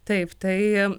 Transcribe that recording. taip tai